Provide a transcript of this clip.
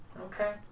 Okay